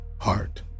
heart